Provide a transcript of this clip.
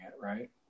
right